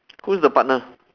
who's the partner